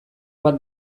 bat